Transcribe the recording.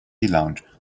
lounge